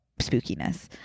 spookiness